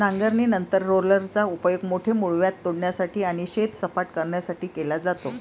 नांगरणीनंतर रोलरचा उपयोग मोठे मूळव्याध तोडण्यासाठी आणि शेत सपाट करण्यासाठी केला जातो